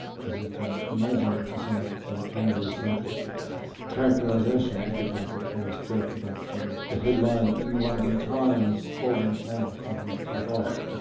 as you can imagine, it's a somewhat anglo-centric characterisation, a bit like that famous joke about um the headline in the london times fog in channel continent cut off.